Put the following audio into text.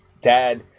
dad